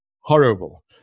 horrible